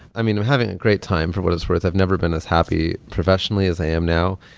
i mean, we're having a great time for what it's worth. i've never been this happy professionally as i am now.